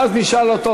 ואז נשאל אותו,